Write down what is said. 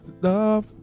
love